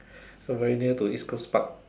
so very new to East Coast Park